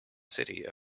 city